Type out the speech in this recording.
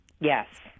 Yes